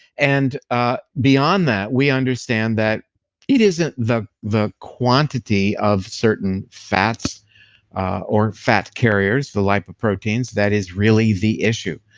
and beyond that, we understand that it isn't the the quantity of certain fats or fat carriers, the lipoproteins that is really the issue.